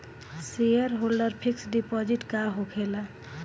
Shareholder fix deposit का होखे ला?